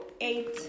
eight